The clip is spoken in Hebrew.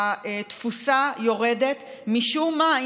התפוסה יורדת משום מה.